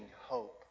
hope